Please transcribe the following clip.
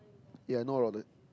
ya I know about it